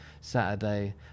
Saturday